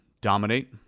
dominate